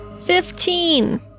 Fifteen